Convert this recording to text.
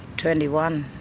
twenty one.